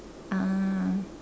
ah